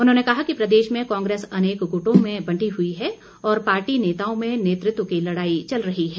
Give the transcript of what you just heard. उन्होंने कहा कि प्रदेश में कांग्रेस अनेक गुटों में बंटी हुई है और पार्टी नेताओं में नेतृत्व की लड़ाई चल रही है